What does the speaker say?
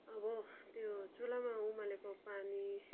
अबो त्यो चुल्हामा उमालेको पानी